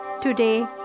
Today